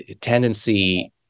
tendency